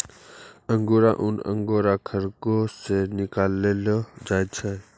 अंगुरा ऊन अंगोरा खरगोस से निकाललो जाय छै